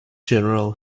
general